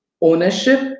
ownership